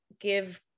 give